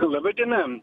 laba diena